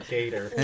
Gator